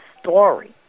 story